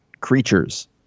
creatures